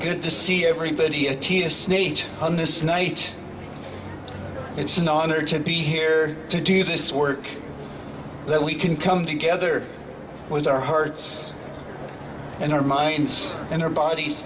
good to see everybody at ts nate on this night it's an honor to be here to do this work that we can come together with our hearts and our minds and our bodies